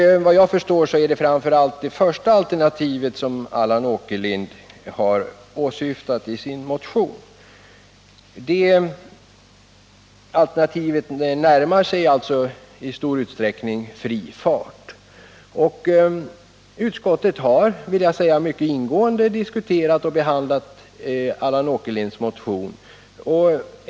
Vad jag förstår är det främst det första alternativet som Allan Åkerlind har åsyftat i sin motion. Detta alternativ närmar sig ett system med fri hastighet. Utskottet har mycket ingående diskuterat Allan Åkerlinds motion.